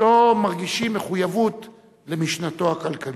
לא מרגישים מחויבות למשנתו הכלכלית.